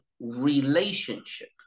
relationship